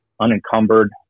unencumbered